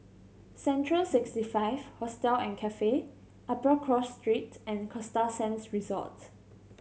Central Sixty Five Hostel and Cafe Upper Cross Street and Costa Sands Resort